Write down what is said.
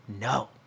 no